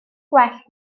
gwell